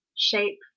shape